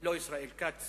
לא ישראל כץ